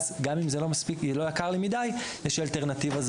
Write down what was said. יש לנו כמו שתואר פה,